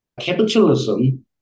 capitalism